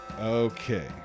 Okay